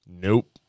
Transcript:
Nope